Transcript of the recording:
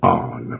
on